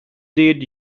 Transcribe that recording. did